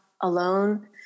alone